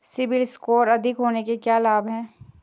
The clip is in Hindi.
सीबिल स्कोर अधिक होने से क्या लाभ हैं?